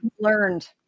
learned